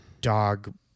dog